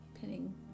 pinning